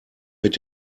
mit